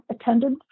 attended